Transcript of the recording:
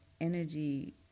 energy